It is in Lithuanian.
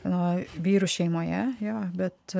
a vyrų šeimoje jo bet